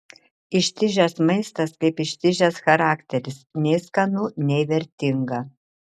ištižęs maistas kaip ištižęs charakteris nei skanu nei vertinga